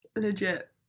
Legit